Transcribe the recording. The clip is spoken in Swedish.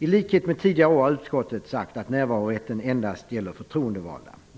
I likhet med tidigare år har utskottet sagt att närvarorätten endast gäller förtroendevalda.